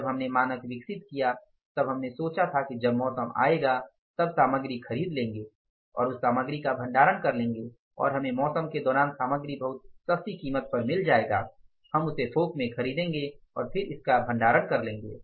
जब हमने मानक विकसित किया तब हमने सोचा था कि जब मौसम आएगा तब सामग्री खरीद लेंगे और उस सामग्री का भण्डारण कर लेंगे और हमें मौसम के दौरान सामग्री बहुत सस्ती कीमत पर मिल जाएगा हम उसे थोक में खरीदेंगे और फिर उसका भण्डारण कर लेंगे